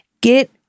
get